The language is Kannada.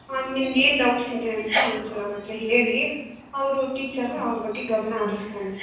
ಹಾಂ ನಿಮ್ಗೇನು ಡೌಟ್ಸ್ ಇದೆ ಅಂತ ಒಂಚೂರು ಅವ್ರತ್ರ ಹೇಳಿ ಅವರು ಟೀಚರ್ ಅವರ ಬಗ್ಗೆ ಗಮನ ಹರಿಸ್ತಾರೆ